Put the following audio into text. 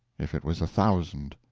if it was a thousand.